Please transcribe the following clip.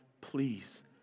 please